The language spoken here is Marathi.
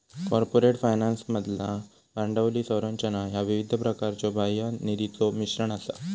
कॉर्पोरेट फायनान्समधला भांडवली संरचना ह्या विविध प्रकारच्यो बाह्य निधीचो मिश्रण असा